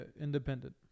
independent